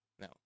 No